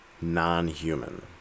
non-human